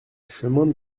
chemin